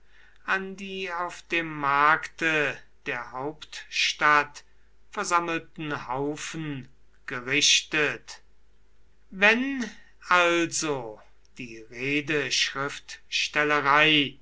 an die auf dem markte der hauptstadt versammelten haufen gerichtet wenn also die